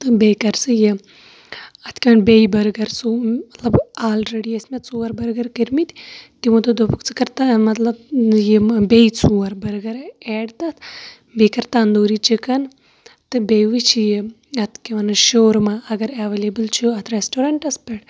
تہٕ بیٚیہِ کَر ژٕ یہٕ اَتھ کیاہ چھِ وَنان بیٚیہِ بٔرگَر ژور مَطلب آلریڈی ٲسۍ مےٚ ژور کٔرمٕتۍ تِمو دوپ دوپُکھ ژٕ کر تانۍ مَطلب یِم بیٚیہِ ژور بٔرگر ایٚڈ تَتھ بیٚیہِ کر تنٛدوٗری چِکَن تہٕ بیٚیہِ وٕچھ یہِ اَتھ کیاہ وَنن شورما اگر ایٚولیبٕل چھُ اَتھ ریسٹورینٛٹَس پٮ۪ٹھ